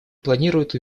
планирует